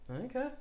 Okay